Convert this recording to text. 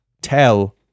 Tell